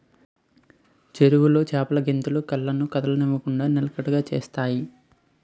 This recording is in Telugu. చెరువులో చేపలు గెంతులు కళ్ళను కదలనివ్వకుండ నిలకడ చేత్తాయి